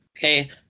Okay